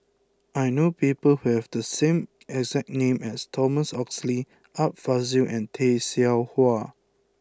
I know people have the exact name as Thomas Oxley Art Fazil and Tay Seow Huah